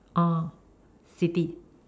orh city